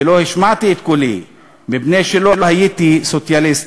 ולא השמעתי את קולי מפני שלא הייתי סוציאליסט,